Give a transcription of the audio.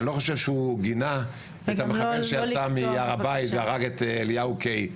כי אני לא חושב שהוא גינה את המחבל שיצא מהר הבית והרג את אליהו קיי.